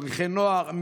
מדריכי נוער,